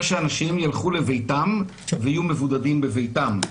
שאנשים ילכו לביתם ויהיו מבודדים בביתם.